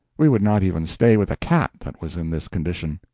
we would not even stay with a cat that was in this condition.